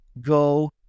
go